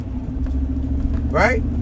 Right